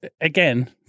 again